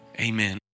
amen